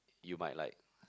you might like